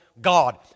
God